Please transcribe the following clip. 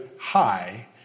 high